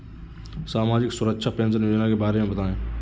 सामाजिक सुरक्षा पेंशन योजना के बारे में बताएँ?